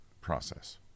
process